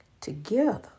together